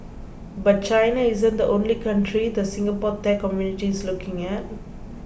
but China isn't the only country the Singapore tech community is looking at